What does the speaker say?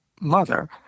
mother